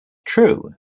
true